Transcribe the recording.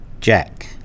Jack